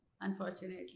unfortunately